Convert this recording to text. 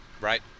Right